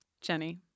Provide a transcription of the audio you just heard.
Jenny